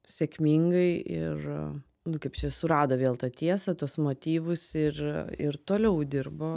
sėkmingai ir nu kaip čia surado vėl tą tiesą tuos motyvus ir ir toliau dirbo